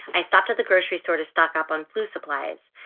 i stopped at the grocery store to stock up on flu supplies.